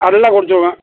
அதெல்லாம் கொடுத்துருவேன்